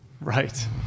Right